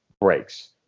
breaks